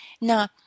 Now